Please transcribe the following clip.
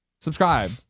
Subscribe